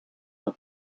een